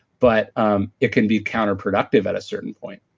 but um it can be counterproductive at a certain point